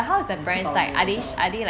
no 你吃饱了没有这样而已 lor